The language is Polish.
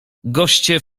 goście